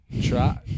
Try